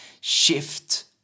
shift